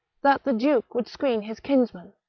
that the duke would screen his kinsman,